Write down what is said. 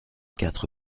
quatre